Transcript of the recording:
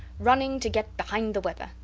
running to get behind the weather!